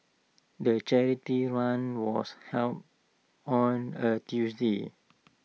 the charity run was held on A Tuesday